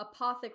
apothic